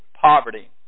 poverty